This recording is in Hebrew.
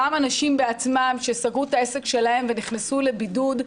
גם אנשים בעצמם שסגרו את העסק שלהם ונכנסו לבידוד,